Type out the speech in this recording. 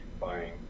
buying